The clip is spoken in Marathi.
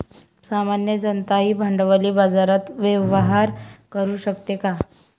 सामान्य जनताही भांडवली बाजारात व्यवहार करू शकते का?